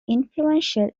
influential